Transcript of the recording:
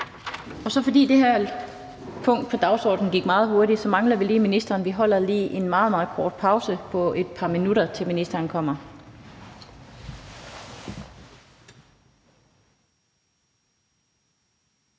Da det her punkt på dagsordenen gik meget hurtigt, mangler vi ministeren til det næste punkt. Vi holder lige en meget kort pause på et par minutter, indtil ministeren kommer.